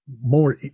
more